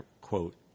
quote